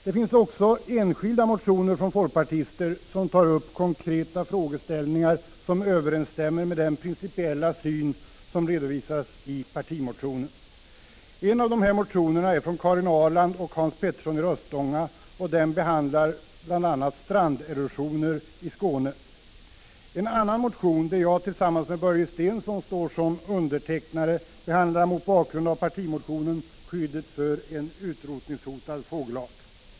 Det finns också enskilda motioner från folkpartister, som tar upp konkreta frågeställningar vilka överensstämmer med den principiella syn som redovisas i partimotionen. En av dessa motioner, av Karin Ahrland och Hans Petersson i Röstånga, behandlar bl.a. stranderosioner i Skåne. En annan motion, där jag tillsammans med Börje Stensson står som undertecknare, behandlar mot bakgrund av partimotionen skyddet för en utrotningshotad fågelart.